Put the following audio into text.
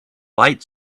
light